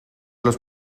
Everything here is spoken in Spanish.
los